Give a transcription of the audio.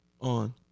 on